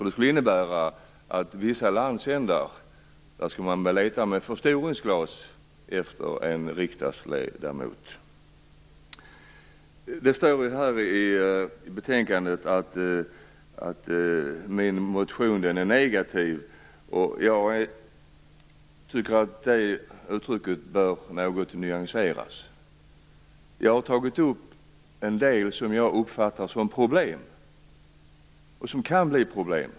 Det skulle innebära att man i vissa landsändar skulle behöva leta med förstoringsglas efter en riksdagsledamot. I betänkandet står det att min motion är negativ. Det uttrycket bör nyanseras något. Jag har tagit upp en del som jag uppfattar som problem och som kan bli problem.